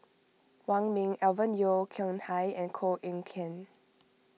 Wong Ming Alvin Yeo Khirn Hai and Koh Eng Kian